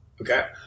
Okay